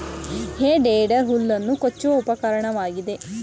ಹೇ tedder ಹುಲ್ಲನ್ನು ಕೊಚ್ಚುವ ಉಪಕರಣವಾಗಿದೆ